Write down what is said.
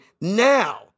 now